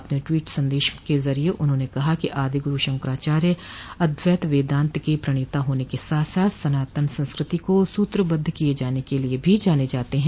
अपने ट्वीट संदेश के जरिये उन्होंने कहा कि आदि गरू शंकराचार्य अद्वैत वेदांत के प्रणता होने के साथ साथ सनातन संस्कृति को सूत्रबद्ध किये जाने के लिये भी जाने जाते हैं